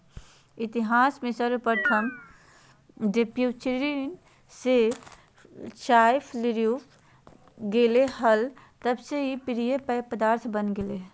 इतिहास में सर्वप्रथम डचव्यापारीचीन से चाययूरोपले गेले हल तब से प्रिय पेय पदार्थ बन गेलय